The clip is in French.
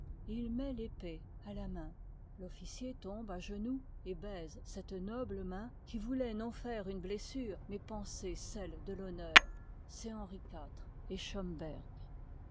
il met pëpée à la main l'officier tombe à genoux et baise cette noble main qui vouloit non faire une blessure mais panser celle de l'honneur c'est henri ly et schomberg